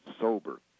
sober